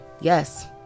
yes